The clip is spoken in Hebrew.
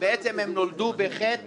בעצם הם נולדו בחטא